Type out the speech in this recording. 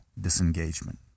disengagement